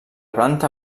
planta